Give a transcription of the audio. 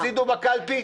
תפסידו בקלפי?